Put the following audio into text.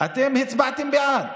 אתם הצבעתם בעד,